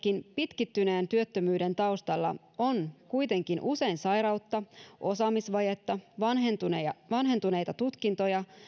pitkittyneen työttömyyden taustalla on kuitenkin usein sairautta osaamisvajetta vanhentuneita vanhentuneita tutkintoja